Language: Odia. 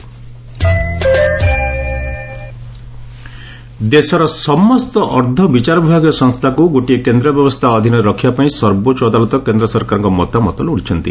ଏସ୍ସି ଟ୍ରିବ୍ୟୁନାଲ୍ ଦେଶର ସମସ୍ତ ଅର୍ଦ୍ଧବିଚାରବିଭାଗୀୟ ସଂସ୍ଥାକୁ ଗୋଟିଏ କେନ୍ଦ୍ରୀୟ ବ୍ୟବସ୍ଥା ଅଧୀନରେ ରଖିବା ପାଇଁ ସର୍ବୋଚ୍ଚ ଅଦାଲତ କେନ୍ଦ୍ର ସରକାରଙ୍କ ମତାମତ ଲୋଡ଼ିଛନ୍ତି